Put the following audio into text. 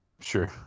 sure